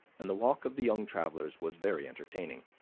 and the walk of the young travelers was very entertaining.